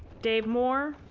dave moore.